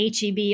HEB